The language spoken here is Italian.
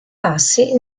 passi